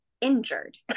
injured